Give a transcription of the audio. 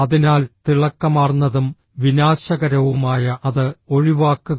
അതിനാൽ തിളക്കമാർന്നതും വിനാശകരവുമായ അത് ഒഴിവാക്കുക